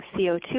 CO2